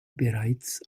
bereits